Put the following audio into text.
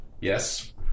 yes